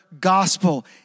gospel